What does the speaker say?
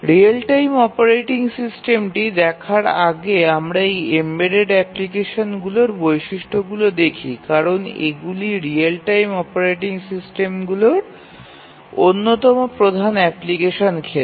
real time operating সিস্টেমটি দেখার আগে আমরা এই এমবেডেড অ্যাপ্লিকেশনগুলির বৈশিষ্ট্যগুলি দেখি কারণ এগুলি রিয়েল টাইম অপারেটিং সিস্টেমগুলির অন্যতম প্রধান অ্যাপ্লিকেশন ক্ষেত্র